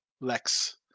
Lex